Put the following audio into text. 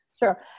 Sure